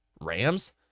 Rams